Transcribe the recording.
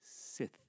Sith